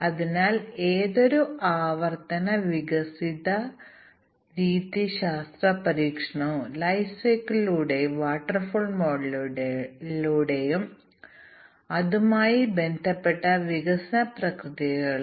അതിനാൽ എല്ലാ മൊഡ്യൂളുകളും ലിങ്ക് ചെയ്യുകയും കംപൈൽ ചെയ്യുകയും തുടർന്ന് ഇതിനായി ഞങ്ങൾ ടെസ്റ്റ് കേസുകൾ പ്രവർത്തിപ്പിക്കുകയും ചെയ്യുന്നു എന്നാൽ ഇവിടെ പ്രശ്നം എന്തെന്നാൽ രണ്ടോ മൂന്നോ ലളിതമായ മൊഡ്യൂളുകൾ ഉണ്ടെങ്കിൽ മാത്രമേ ബിഗ് ബാങ് ടെസ്റ്റിംഗ് പ്രവർത്തിക്കൂ